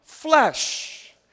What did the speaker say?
flesh